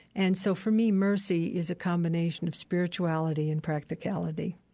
and so, for me, mercy is a combination of spirituality and practicality.